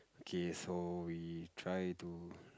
okay so we try to